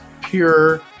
pure